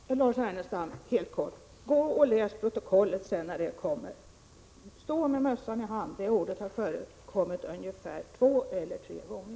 Fru talman! Helt kort till Lars Ernestam: Gå och läs protokollet när det kommer! Uttrycket att stå med mössan i hand har förekommit två eller tre gånger.